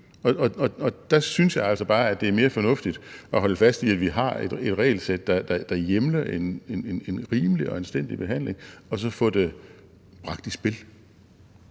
der synes jeg altså bare, det er mere fornuftigt at holde fast i, at vi har et regelsæt, der hjemler en rimelig og anstændig behandling, og så få bragt det i spil.